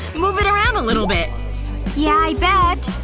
move it around a little bit yeah, i bet.